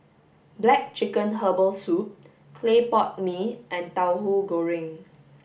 black chicken herbal soup clay pot mee and Tauhu Goreng